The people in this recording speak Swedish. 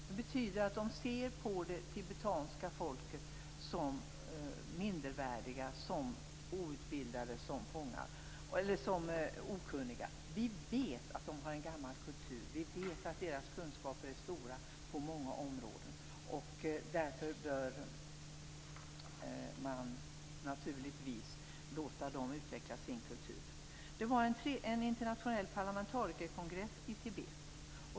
Det betyder att man ser på det tibetanska folket som mindervärdiga, som outbildade, som fångar, som okunniga. Men vi vet att de har en gammal kultur, vi vet att deras kunskaper är stora på många områden. Därför bör man naturligtvis låta dem utveckla sin kultur. Det var en internationell parlamentarikerkongress i Tibet.